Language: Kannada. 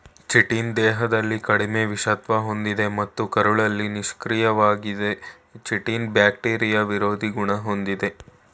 ಚಿಟಿನ್ ದೇಹದಲ್ಲಿ ಕಡಿಮೆ ವಿಷತ್ವ ಹೊಂದಿದೆ ಮತ್ತು ಕರುಳಲ್ಲಿ ನಿಷ್ಕ್ರಿಯವಾಗಿದೆ ಚಿಟಿನ್ ಬ್ಯಾಕ್ಟೀರಿಯಾ ವಿರೋಧಿ ಗುಣ ಹೊಂದಿದೆ